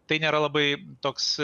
tai nėra labai toks